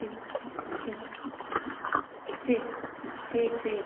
ठीक ठीक ठीक ठीक ठीक